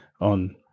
on